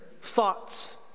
thoughts